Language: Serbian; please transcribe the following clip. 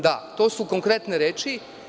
Da, to su konkretne reči.